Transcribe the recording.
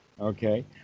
Okay